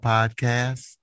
Podcast